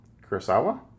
kurosawa